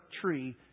tree